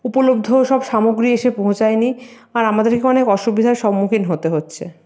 উপলব্ধ সব সামগ্রী এসে পৌঁছায়নি আর আমাদেরকে অনেক অসুবিধার সম্মুখীন হতে হচ্ছে